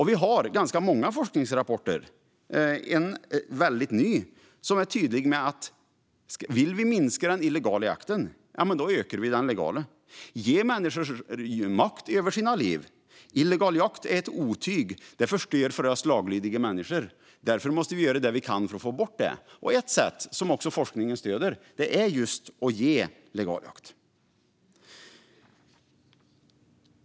Vi har ganska många forskningsrapporter, varav en är väldigt ny, som är tydliga med att om vi vill minska den illegala jakten ska vi öka den legala. Ge människor makt över sina liv! Illegal jakt är ett otyg som förstör för oss laglydiga människor. Därför måste vi göra det vi kan för att få bort den. Ett sätt, som också forskningen stöder, är att öka legal jakt.